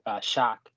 shock